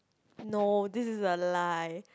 no this is a lie